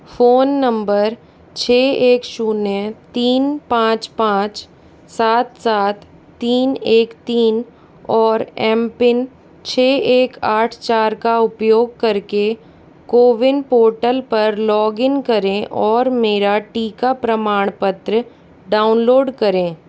phone number छः एक शून्य तीन पाँच पाँच सात सात तीन एक तीन और एम पिन छः एक आठ चार का उपयोग करके कोविन पोर्टल पर लॉग इन करें और मेरा टीका प्रमाणपत्र डाउनलोड करें